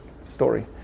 story